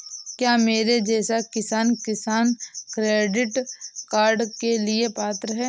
क्या मेरे जैसा किसान किसान क्रेडिट कार्ड के लिए पात्र है?